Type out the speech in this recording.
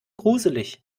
gruselig